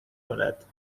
کند